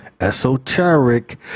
esoteric